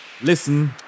Listen